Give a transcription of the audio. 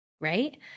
right